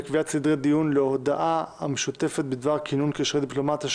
וקביעת סדרי הדיון להודעה המשותפת בדבר כינון קשרי דיפלומטיה,